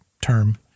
term